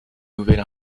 nouvelle